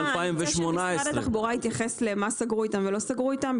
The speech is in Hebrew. מציעה שמשרד התחבורה יתייחס מה סגרו איתם ולא סגרו איתם.